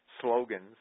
slogans